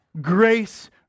Grace